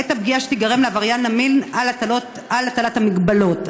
את הפגיעה שתיגרם לעבריין המין בשל הטלת המגבלות.